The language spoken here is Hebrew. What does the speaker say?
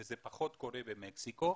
וזה פחות קורה במקסיקו,